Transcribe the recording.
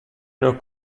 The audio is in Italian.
una